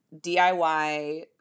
DIY